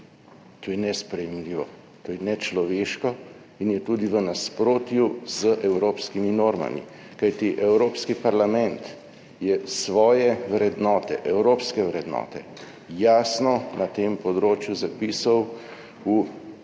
To je nesprejemljivo, to je nečloveško in je tudi v nasprotju z evropskimi normami. Kajti Evropski parlament je svoje vrednote, evropske vrednote jasno na tem področju zapisal v